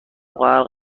غرق